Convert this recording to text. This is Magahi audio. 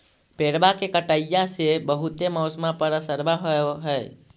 पेड़बा के कटईया से से बहुते मौसमा पर असरबा हो है?